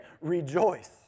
Rejoice